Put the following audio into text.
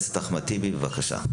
חבר הכנסת אחמד טיבי, בבקשה.